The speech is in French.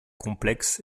complexe